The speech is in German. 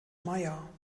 meier